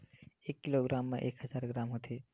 एक किलोग्राम मा एक हजार ग्राम होथे